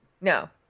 no